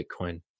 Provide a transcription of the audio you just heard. Bitcoin